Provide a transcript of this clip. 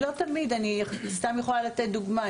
אני סתם יכולה לתת דוגמה.